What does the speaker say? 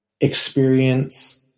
experience